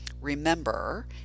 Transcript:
Remember